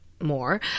more